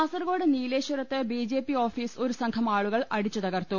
കാസർകോട് നീലേശ്വരത്ത് BJP office ഒരുസംഘം ആളുകൾ അടിച്ചു തകർത്തു